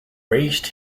raised